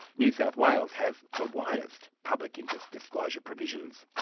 new south wales has the widest public interest disclosure provisions.